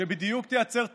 שבדיוק תייצר תקציב,